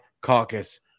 caucus